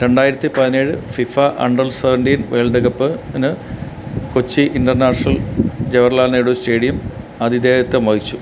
രണ്ടായിരത്തി പതിനേഴ് FIFA under seventeen world കപ്പ്ന് കൊച്ചി ഇൻറ്റർനാഷണൽ ജവാഹർലാൽ നെഹ്റു സ്റ്റേഡിയം അതിഥേയത്വം വഹിച്ചു